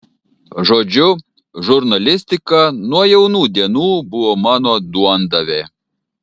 žodžiu žurnalistika nuo jaunų dienų buvo mano duondavė